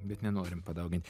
bet nenorim padaugin